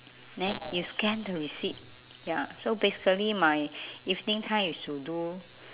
neh you scan the receipt ya so basically my evening time is to do